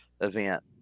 event